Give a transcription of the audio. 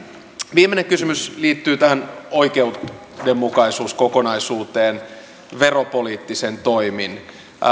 viimeinen kysymys liittyy tähän oikeudenmukaisuuskokonaisuuteen veropoliittisin toimin